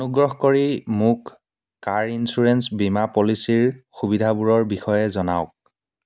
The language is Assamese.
অনুগ্ৰহ কৰি মোক কাৰ ইঞ্চুৰেঞ্চ বীমা পলিচীৰ সুবিধাবোৰৰ বিষয়ে জনাওক